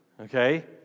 Okay